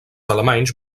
alemanys